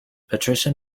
patricia